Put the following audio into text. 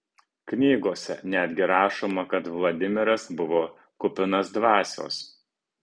knygose netgi rašoma kad vladimiras buvo kupinas dvasios